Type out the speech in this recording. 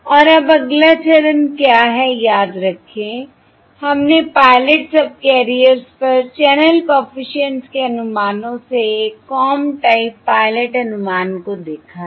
और अब अगला चरण क्या है याद रखें हमने पायलट सबकेरिएर्स पर चैनल कॉफिशिएंट्स के अनुमानों से कॉम टाइप पायलट अनुमान को देखा है